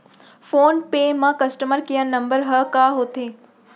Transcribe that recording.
Phone पे म customer care number ह का होथे?